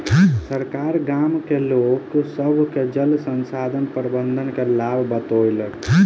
सरकार गाम के लोक सभ के जल संसाधन प्रबंधन के लाभ बतौलक